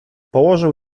położył